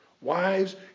Wives